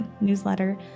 newsletter